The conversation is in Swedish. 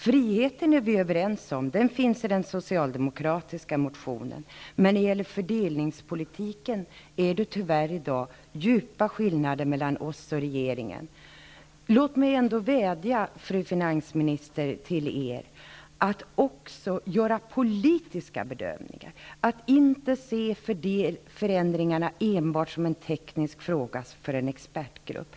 Friheten är vi överens om -- den finns i den socialdemokratiska motionen -- men när det gäller fördelningspolitiken är det tyvärr i dag djupa skillnader mellan oss och regeringen. Låt mig ändå vädja till er, fru finansminister, att också göra politiska bedömningar, att inte se förändringarna enbart som en teknisk fråga för en expertgrupp.